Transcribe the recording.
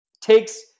takes